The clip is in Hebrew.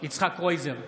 יצחק קרויזר,